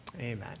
Amen